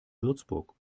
würzburg